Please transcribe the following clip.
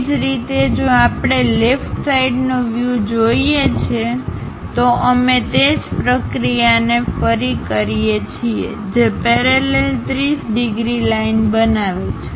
એ જ રીતે જો આપણે લેફ્ટ સાઈડ નો વ્યૂ જોઈએ છે તો અમે તે જ પ્રક્રિયાને ફરી કરીએ છીએ જે પેરેલલ 30 ડિગ્રી લાઈન બનાવે છે